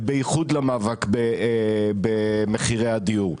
ובייחוד למאבק במחירי הדיור.